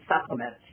supplements